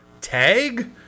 Tag